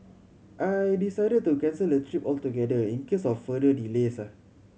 I decided to cancel the trip altogether in case of further delays